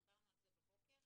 דיברנו על זה בבוקר.